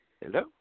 Hello